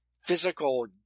physical